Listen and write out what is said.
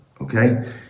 okay